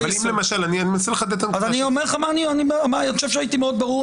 אני מנסה לחדד את הנקודה --- אני חושב שהייתי מאוד ברור,